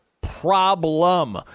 problem